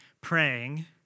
praying